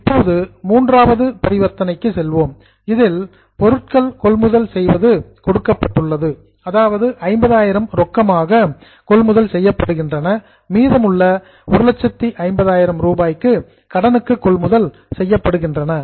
இப்போது மூன்றாவது டிரன்சாக்சன் பரிவர்த்தனைக்கு செல்வோம் இதில் மெர்ச்சன்டைஸ் பொருட்கள் கொள்முதல் செய்வது கொடுக்கப்பட்டுள்ளது அதாவது 50000 ரொக்கமாக பர்சேஸ்டு கொள்முதல் செய்யப்படுகின்றன மீதமுள்ள 150 கிரெடிட் கடனுக்கு கொள்முதல் செய்யப்படுகின்றன